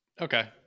okay